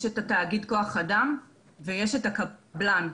יש את תאגיד כוח האדם ויש את הקבלן,